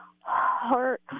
heart